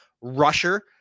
rusher